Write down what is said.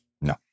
No